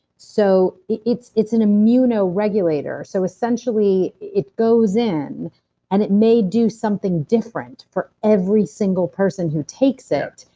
so it's it's an immunoregulator. so essentially it goes in and it may do something different for every single person who takes it.